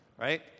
Right